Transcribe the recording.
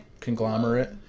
conglomerate